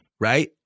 right